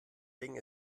ding